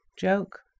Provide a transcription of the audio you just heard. joke